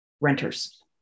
renters